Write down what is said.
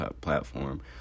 platform